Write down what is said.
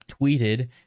tweeted